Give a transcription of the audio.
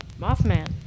Mothman